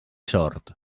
sord